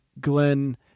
Glenn